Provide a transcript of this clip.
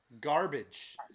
Garbage